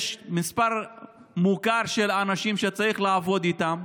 יש מספר מוכר של אנשים שצריך לעבוד איתם.